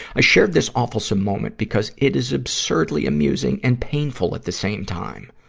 i shared this awfulsome moment because it is absurdly amusing and painful at the same time.